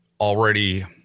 already